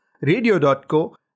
Radio.co